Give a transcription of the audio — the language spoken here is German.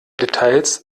details